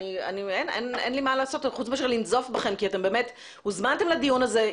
אין לי מה לעשות חוץ מאשר לנזוף בכם כי אתם באמת הוזמנתם לדיון הזה,